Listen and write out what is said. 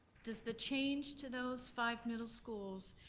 does the change to those five middle schools,